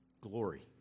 glory